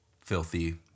filthy